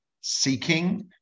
seeking